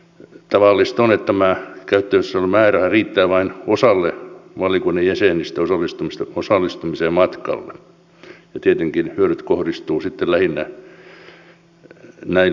tavallista on että tämä käytettävissä oleva määräraha riittää vain osalle valiokunnan jäsenistä matkalle osallistumiseen ja tietenkin hyödyt kohdistuvat sitten lähinnä näille edustajille